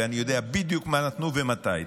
ואני יודע בדיוק מה נתנו ומתי.